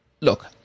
look